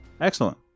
Excellent